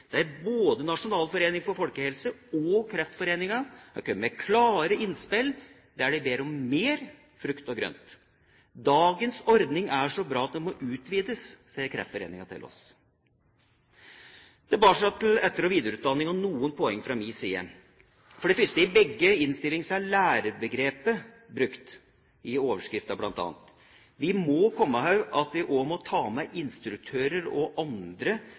for folkehelsen og Kreftforeningen kom med klare innspill der de ber om mer frukt og grønt. Dagens ordning er så bra at den må utvides, sa Kreftforeningen til oss. Tilbake til etter- og videreutdanningen og noen poenger fra min side. For det første: I begge innstillingene er lærerbegrepet brukt i overskriftene. Vi må huske på å ta med også instruktører og andre